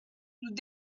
nous